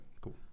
cool